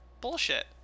bullshit